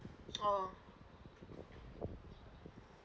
oh